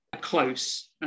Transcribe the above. close